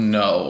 no